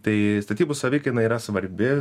tai statybų savikaina yra svarbi